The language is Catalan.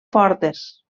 fortes